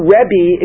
Rebbe